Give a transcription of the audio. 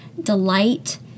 delight